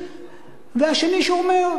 והשני שאומר: